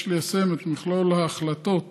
יש ליישם את מכלול ההחלטות